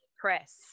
press